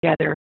together